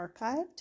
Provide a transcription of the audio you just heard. archived